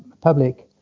public